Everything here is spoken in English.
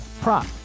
prop